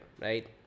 right